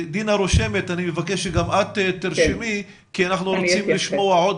אני מבקש שגם את תרשמי כי אנחנו רוצים לשמוע עוד